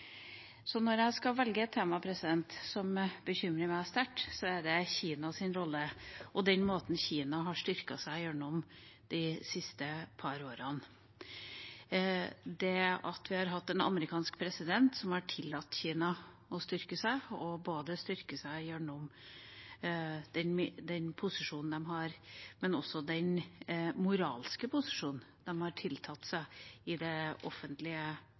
Så når jeg skal velge et tema som bekymrer meg sterkt, er det Kinas rolle og den måten Kina har styrket seg gjennom de siste par årene. Det at vi har hatt en amerikansk president som har tillatt Kina å styrke seg, både gjennom den posisjonen de har, og også gjennom den moralske posisjonen de har tiltatt seg i det offentlige